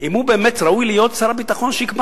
אם הוא באמת ראוי להיות שר הביטחון שיקבע